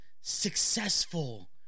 successful